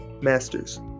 masters